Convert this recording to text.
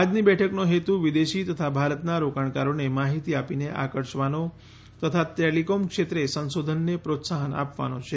આજની બેઠકનો હેતુ વિદેશી તથા ભારતના રોકાણકારોને માહિતી આપીને આકર્ષવાનો તથા ટેલિકોમ ક્ષેત્રે સંશોધનને પ્રોત્સાહન આપવાનો છે